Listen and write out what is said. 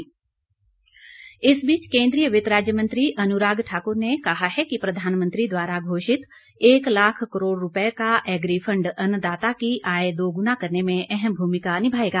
अनराग ठाकर इस बीच केन्द्रीय वित्त राज्य मंत्री अनुराग ठाकुर ने कहा है कि प्रधानमंत्री द्वारा घोषित एक लाख करोड़ रूपए का एग्रीफंड अन्नदाता की आय दोगुना करने में अहम भूमिका निभाएगा